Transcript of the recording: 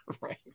Right